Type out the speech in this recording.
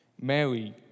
Mary